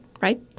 right